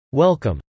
welcome